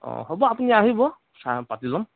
অ' হ'ব আপুনি আহিব চাই পাতি ল'ম